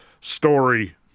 story